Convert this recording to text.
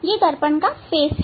यह दर्पण का फेस है